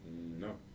No